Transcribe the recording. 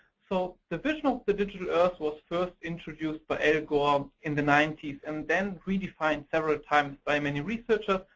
so the vision of the digital earth was first introduced by al and gore um in the ninety s, and then re-defined several times by many researchers.